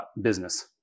business